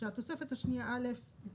שהתוספת השניה (א) ,